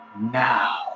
Now